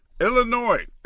Illinois